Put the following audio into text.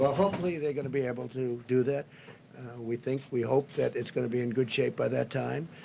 hopefully they're going to be able to do. that we think, we hope that it's going to be in good shape by that time.